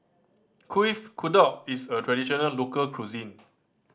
Kuih Kodok is a traditional local cuisine